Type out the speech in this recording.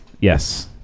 Yes